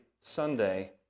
Sunday